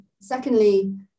secondly